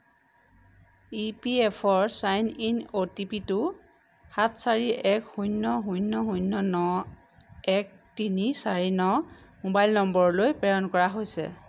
E P F O sign in O T P টো সাত চাৰি এক শূন্য শূন্য শূন্য ন এক তিনি চাৰি ন মোবাইল নম্বৰলৈ প্ৰেৰণ কৰা হৈছে